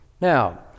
Now